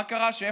מה קרה שם?